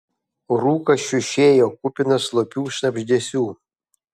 rūkas šiušėjo kupinas slopių šnabždesių